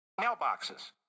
mailboxes